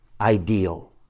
ideal